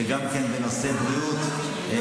שגם כן בנושא בריאות,